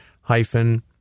hyphen